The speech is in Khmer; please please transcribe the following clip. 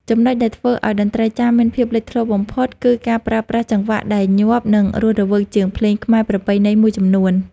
ចំណុចដែលធ្វើឱ្យតន្ត្រីចាមមានភាពលេចធ្លោបំផុត គឺការប្រើប្រាស់ចង្វាក់ដែលញាប់ និងរស់រវើកជាងភ្លេងខ្មែរប្រពៃណីមួយចំនួន។